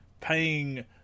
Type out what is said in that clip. paying